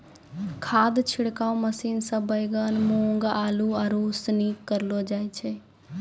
खाद छिड़काव मशीन से बैगन, मूँग, आलू, आरू सनी करलो जाय छै